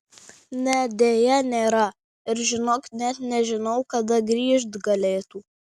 ne deja nėra ir žinok net nežinau kada grįžt galėtų